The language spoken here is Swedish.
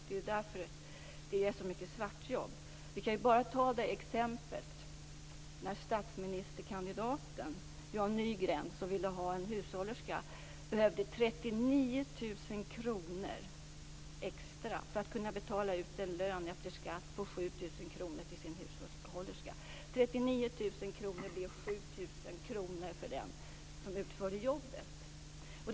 Det är därför det är så mycket svartjobb. Jag vill ta bara ett exempel. När statsministerkandidaten Jan Nygren ville ha en hushållerska behövde han 39 000 kr extra för att betala ut en lön efter skatt på 7 000 kr till sin hushållerska. 39 000 kr ger 7 000 kr för den som utför jobbet.